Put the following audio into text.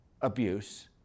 abuse